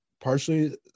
partially